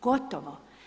Gotovo.